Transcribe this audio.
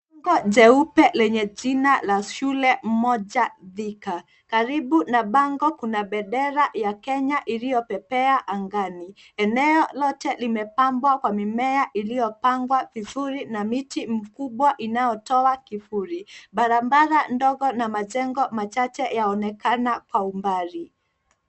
Kiugo jeupe lenye jina la shule moja Thika, karibu na bango kuna bendera ya Kenya ilio pepea angani. Eneo lote imepambwa kwa mimea ilio pangwa vizuri na mti mkubwa inayotoa kivuli. Barabara ndogo na majengo chache yaonekana kwa umbali.